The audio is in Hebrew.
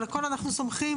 על הכול אנחנו סומכים?